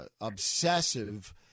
obsessive